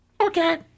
Okay